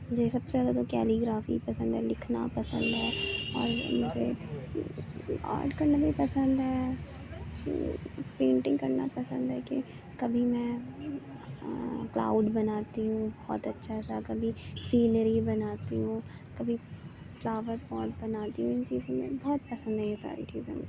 مجھے سب سے زیادہ تو کیلیگرافی پسند ہے لکھنا پسند ہے اور مجھے آرٹ کرنا بھی پسند ہے پرنٹنگ کرنا پسند ہے کہ کبھی میں کلاؤڈ بناتی ہوں بہت اچھا سا کبھی سینری بناتی ہوں کبھی فلاور پوٹ بناتی ہوں ان چیزوں میں بہت پسند ہے یہ ساری چیزیں